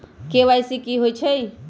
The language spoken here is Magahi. के.वाई.सी कि होई छई?